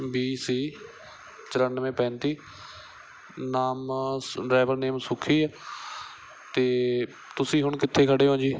B C ਚੁਰਾਨਵੇਂ ਪੈਂਤੀ ਨਾਮ ਸ ਡਰਾਈਵਰ ਨੇਮ ਸੁੱਖੀ ਹੈ ਅਤੇ ਤੁਸੀਂ ਹੁਣ ਕਿੱਥੇ ਖੜ੍ਹੇ ਹੋ ਜੀ